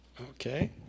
Okay